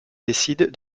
décident